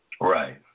Right